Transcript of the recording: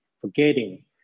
forgetting